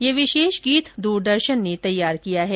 यह विशेष गीत दूरदर्शन ने तैयार किया है